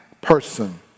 person